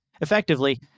effectively